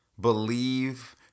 believe